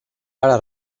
ara